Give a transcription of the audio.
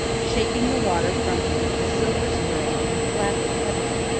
shaking the water from him in a silver spray and flapping heavily.